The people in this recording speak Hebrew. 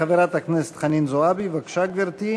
חברת הכנסת חנין זועבי, בבקשה, גברתי.